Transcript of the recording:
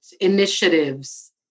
initiatives